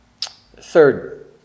Third